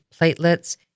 platelets